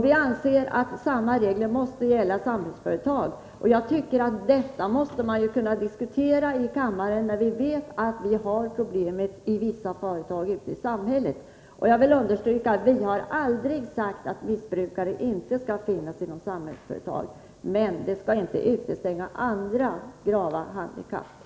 Vi anser att samma regler måste gälla för Samhällsföretag. Jag tycker att man måste kunna diskutera detta i kammaren när vi vet att vi har problemet i vissa företag ute i samhället. Jag vill understryka att vi aldrig har sagt att missbrukare inte skall finnas inom Samhällsföretag. Men de får inte bli för många vid ett och samma företag, så att de därmed utestänger andra gravt handikappade.